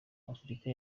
afurika